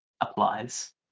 applies